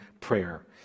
prayer